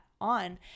on